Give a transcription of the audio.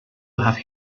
have